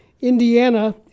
Indiana